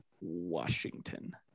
Washington